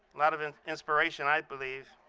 lot of inspiration i believe.